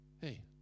Hey